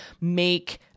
make